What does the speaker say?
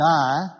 Die